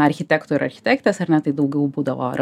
architektų ir architektės ar ne tai daugiau būdavo ir